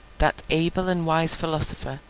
that able and wise philosopher,